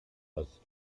als